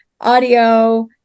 audio